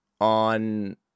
on